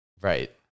Right